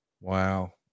Wow